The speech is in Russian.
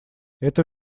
это